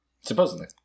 Supposedly